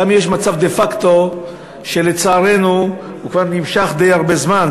יש מצב דה-פקטו שלצערנו נמשך כבר די הרבה זמן,